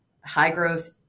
high-growth